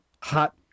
hot